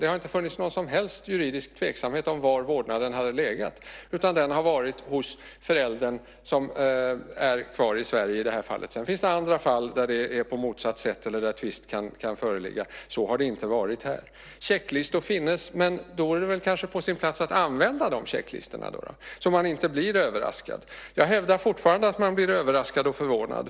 Det har inte funnits någon som helst juridisk tveksamhet om vem som har haft vårdnaden, utan den har den förälder som är kvar i Sverige haft i detta fall. Sedan finns det andra fall där det är på motsatt sätt eller där tvist kan föreligga. Så har det inte varit här. Checklistor finns. Men då är det väl kanske på sin plats att använda dessa checklistor så att man inte blir överraskad. Jag hävdar fortfarande att man blir överraskad och förvånad.